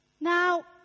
Now